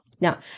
Now